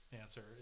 answer